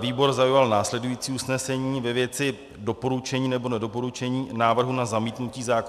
výbor zaujal následující usnesení ve věci doporučení nebo nedoporučení návrhu na zamítnutí zákona.